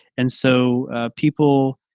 and so people,